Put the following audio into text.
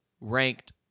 ranked